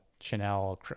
chanel